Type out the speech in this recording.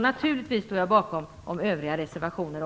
Naturligtvis står jag också bakom våra övriga reservationer.